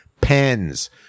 Pens